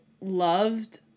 loved